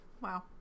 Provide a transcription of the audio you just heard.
Wow